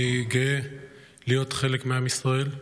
אני גאה להיות חלק מעם ישראל.